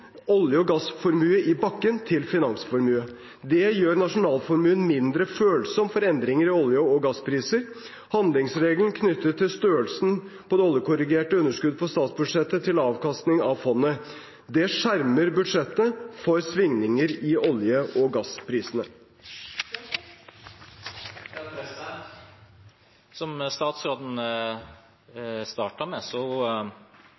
olje- og gassformue i bakken til finansformue. Det gjør nasjonalformuen mindre følsom for endringer i olje- og gassprisene. Handlingsregelen knytter størrelsen på det oljekorrigerte underskuddet på statsbudsjettet til avkastningen av fondet. Det skjermer budsjettet for svingninger i olje- og gassprisene. Som statsråden